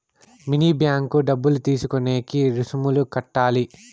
mini bank డబ్బులు తీసుకునేకి రుసుములు కట్టాలి